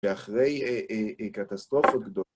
ואחרי קטסטרופות גדולות.